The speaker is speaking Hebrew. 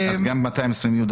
גם ב-220יא.